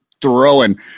throwing